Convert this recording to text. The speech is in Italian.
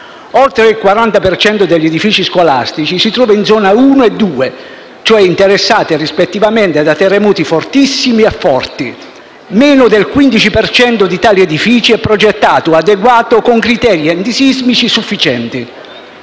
Oltre il 40 per cento degli edifici scolastici si trova in zona 1 e 2, cioè interessate rispettivamente da terremoti fortissimi e forti; meno del 15 per cento di tali edifici è progettato o adeguato con criteri antisismici sufficienti.